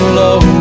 low